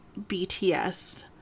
BTS